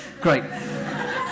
great